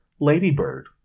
ladybird